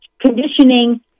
conditioning